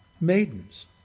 maidens